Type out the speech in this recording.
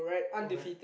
okay